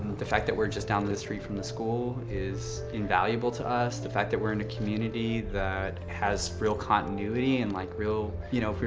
the fact that we're just down the the street from the school is invaluable to us. the fact that we're in a community that has real continuity and like real, you know,